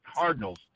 Cardinals